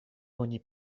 oni